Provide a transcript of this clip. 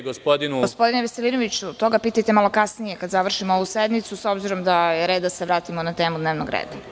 Gospodine Veselinoviću, to ga pitajte malo kasnije kada završimo ovu sednicu, s obzirom da je red da se vratimo na temu dnevnog reda.